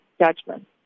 judgment